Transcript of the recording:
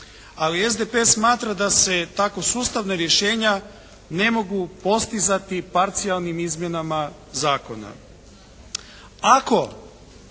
Ali SDP smatra da se tako sustavna rješenja ne mogu postizati parcijalnim izmjenama zakona.